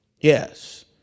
Yes